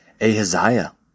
Ahaziah